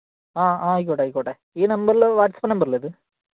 ആ ആയിക്കോട്ടെ ആയിക്കോട്ടെ ഈ നമ്പറില് വാട്സ്ആപ്പ് നമ്പറല്ലേ ഇത്